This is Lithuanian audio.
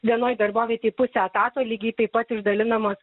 vienoj darbovietėj puse etato lygiai taip pat išdalinamos